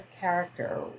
character